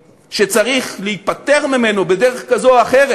שצריך להיפטר ממנו בדרך כזאת או אחרת,